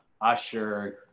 Usher